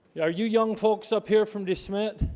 are you young folks up here from de smet